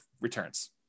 returns